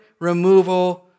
removal